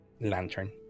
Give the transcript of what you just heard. lantern